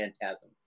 Phantasm